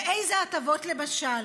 ואיזה הטבות, למשל?